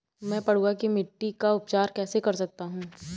मैं पडुआ की मिट्टी का उपचार कैसे कर सकता हूँ?